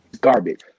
garbage